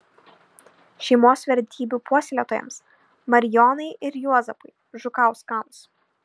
šeimos vertybių puoselėtojams marijonai ir juozapui žukauskams